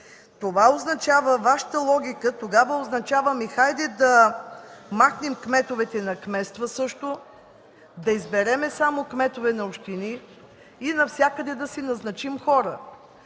гласовете си. Вашата логика тогава означава: Хайде да махнем кметовете на кметства, да изберем само кметове на общини и навсякъде да си назначим хора.